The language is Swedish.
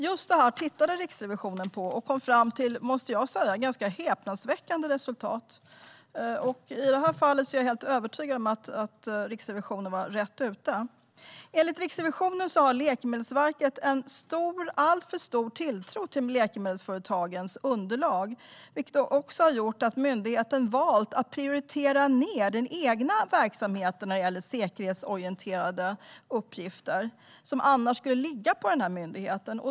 Just det tittade Riksrevisionen på och kom fram till, måste jag säga, ganska häpnadsväckande resultat. I det här fallet är jag helt övertygad om att Riksrevisionen var rätt ute. Enligt Riksrevisionen har Läkemedelsverket en stor, alltför stor, tilltro till läkemedelsföretagens underlag, vilket har gjort att myndigheten valt att prioritera ned den egna verksamhet när det gäller säkerhetsorienterade uppgifter som annars skulle ligga på myndigheten.